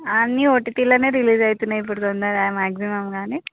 అన్నీ ఓటీటీలో రిలీజ్ అవుతున్నాయి ఇప్పుడు తొందరగా మ్యాక్సిమమ్ కానీ